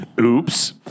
oops